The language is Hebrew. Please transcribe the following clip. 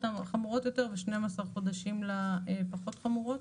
החמורות יותר ו-12 חודשים לעבירות הפחות חמורות.